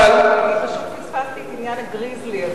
פשוט פספסתי את עניין הגריזלי.